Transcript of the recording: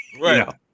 right